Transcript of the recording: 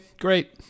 great